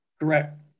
Correct